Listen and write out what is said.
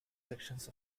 sections